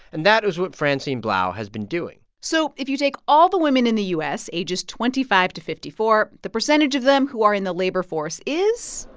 and that is what francine blau has been doing so if you take all the women in the u s. ages twenty five to fifty four, the percentage of them who are in the labor force is.